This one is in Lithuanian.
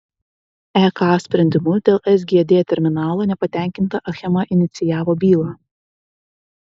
ek sprendimu dėl sgd terminalo nepatenkinta achema inicijavo bylą